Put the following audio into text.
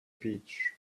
beach